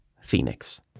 Phoenix